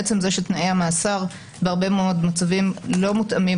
עצם זה שתנאי המאסר בהרבה מאוד מצבים לא מותאמים